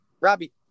Robbie